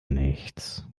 nichts